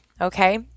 okay